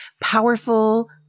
powerful